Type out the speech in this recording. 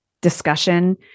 discussion